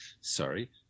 Sorry